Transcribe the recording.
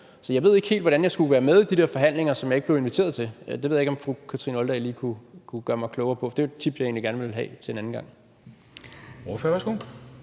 Så jeg ved ikke helt, hvordan jeg skulle kunne være med i de der forhandlinger, som jeg ikke blev inviteret til. Det ved jeg ikke om fru Kathrine Olldag lige kunne gøre mig klogere på, for det er et tip, jeg egentlig gerne ville have til en anden gang.